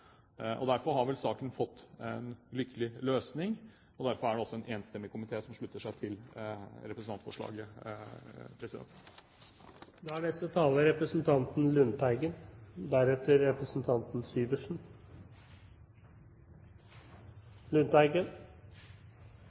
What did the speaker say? Derfor har vel saken fått en lykkelig løsning, og derfor er det også en enstemmig komité som slutter seg til representantforslaget. Som representanten Micaelsen sa, er